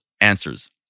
answers